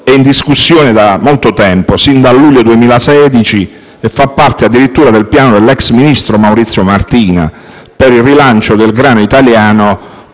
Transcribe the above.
è in discussione da molto tempo, sin dal luglio 2016, e fa parte addirittura del piano dell'ex ministro Maurizio Martina per il rilancio del grano italiano,